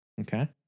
Okay